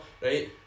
right